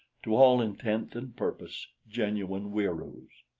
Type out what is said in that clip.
to all intent and purpose genuine wieroos.